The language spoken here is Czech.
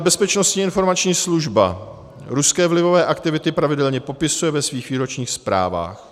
Bezpečnostní informační služba ruské vlivové aktivity pravidelně popisuje ve svých výročních zprávách.